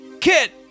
Kit